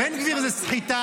בן גביר זה סחיטה,